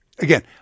again